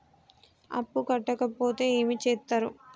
అప్పు కట్టకపోతే ఏమి చేత్తరు?